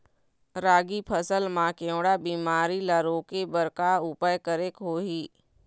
रागी फसल मा केवड़ा बीमारी ला रोके बर का उपाय करेक होही?